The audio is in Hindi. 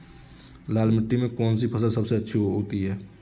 लाल मिट्टी में कौन सी फसल सबसे अच्छी उगती है?